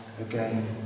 again